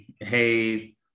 hey